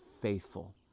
faithful